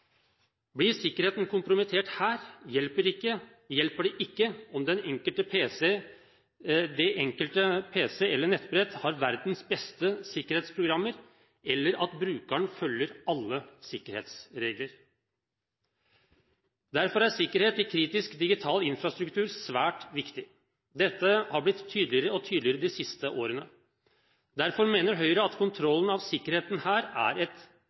Blir sikkerheten kompromittert her, hjelper det ikke om den enkelte pc eller nettbrett har verdens beste sikkerhetsprogrammer, eller at brukeren følger alle sikkerhetsregler. Derfor er sikkerhet i kritisk, digital infrastruktur svært viktig. Dette har blitt tydeligere og tydeligere de siste årene. Derfor mener Høyre at kontrollen av sikkerheten her er et